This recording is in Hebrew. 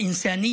(אומר דברים